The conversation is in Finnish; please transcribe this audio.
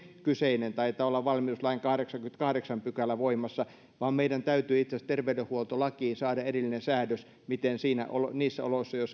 kyseinen pykälä taitaa olla valmiuslain kahdeksaskymmeneskahdeksas pykälä voimassa vaan meidän täytyy itse asiassa terveydenhuoltolakiin saada erillinen säädös miten niissä oloissa